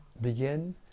begin